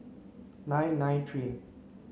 nine nine three